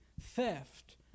theft